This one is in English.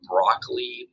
Broccoli